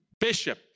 Bishop